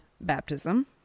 baptism